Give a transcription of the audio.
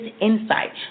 insight